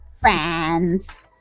Friends